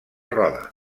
roda